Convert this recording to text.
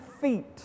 feet